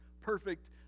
perfect